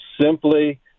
simply